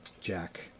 Jack